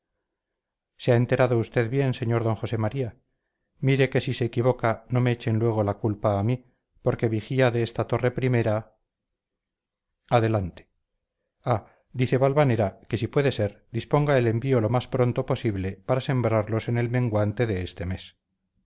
se ha enterado usted bien sr d josé maría mire que si se equivoca no me echen luego la culpa a mí pobre vigía de esta torre primera adelante ah dice valvanera que si puede ser disponga el envío lo más pronto posible para sembrarlos en el menguante de este mes